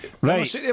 Right